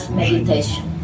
meditation